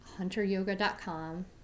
HunterYoga.com